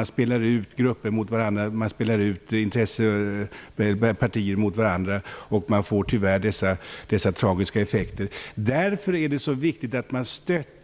Man spelar ut grupper och partier mot varandra, vilket tyvärr får dessa tragiska effekter. Det är därför som det är så viktigt att man stöttar